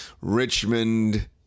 Richmond